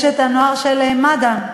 יש נוער מד"א,